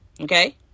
okay